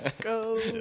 Go